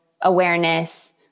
awareness